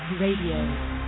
Radio